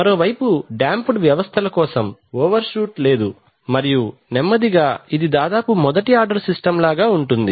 మరోవైపు డాంపెడ్ వ్యవస్థల కోసం ఓవర్షూట్ లేదు మరియు నెమ్మదిగా ఇది దాదాపు మొదటి ఆర్డర్ సిస్టమ్ లాగా ఉంటుంది